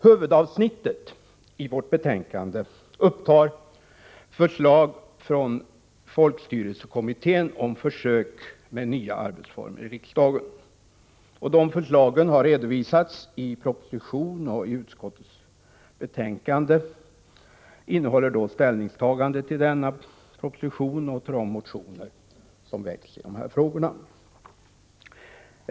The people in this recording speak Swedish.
Huvudavsnittet i detta betänkande gäller förslag från folkstyrelsekommittén om en försöksverksamhet med nya arbetsformer i riksdagen. Dessa förslag har redovisats både i en proposition och i utskottets betänkande. I betänkandet återfinns ställningstaganden till både propositionen och de motioner som har väckts i dessa frågor.